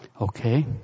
Okay